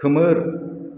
खोमोर